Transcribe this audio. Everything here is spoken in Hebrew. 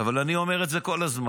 אבל אני אומר את זה כל הזמן,